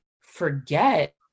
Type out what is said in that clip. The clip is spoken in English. forget